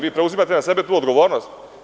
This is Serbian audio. Vi preuzimate na sebe tu odgovornost.